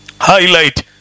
highlight